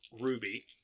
Ruby